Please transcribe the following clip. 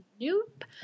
Nope